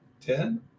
Ten